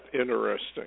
interesting